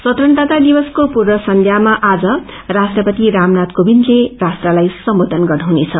स्वतंत्रता दिवसको पूर्व संध्यामा आज राष्ट्रपति रामनाथ कोविंदले राष्ट्रलाई सम्बोधन गर्नुहुनेछ